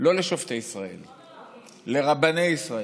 לא לשופטי ישראל, לרבני ישראל,